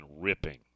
ripping